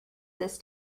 this